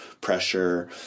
pressure